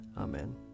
Amen